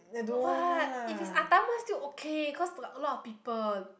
what if it is Ah Tham one still okay cause like a lot of people